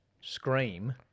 Scream